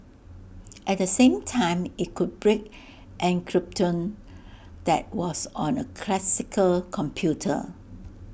at the same time IT could break encryption that was on A classical computer